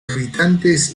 habitantes